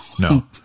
no